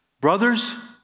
Brothers